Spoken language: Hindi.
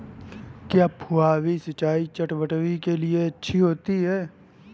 क्या फुहारी सिंचाई चटवटरी के लिए अच्छी होती है?